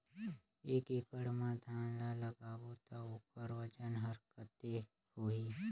एक एकड़ मा धान ला लगाबो ता ओकर वजन हर कते होही?